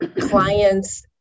clients